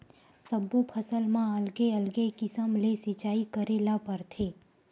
सब्बो फसल म अलगे अलगे किसम ले सिचई करे ल परथे